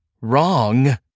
wrong